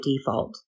default